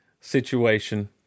situation